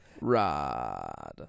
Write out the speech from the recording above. Rod